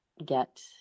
get